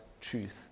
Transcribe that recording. truth